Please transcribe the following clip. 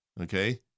Okay